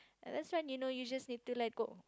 and that's when you know you need to let go